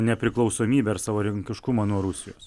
nepriklausomybę ir savarankiškumą nuo rusijos